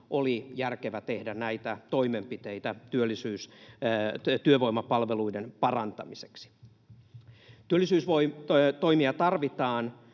oli järkevä tehdä näitä toimenpiteitä työvoimapalveluiden parantamiseksi. Työllisyystoimia tarvitaan,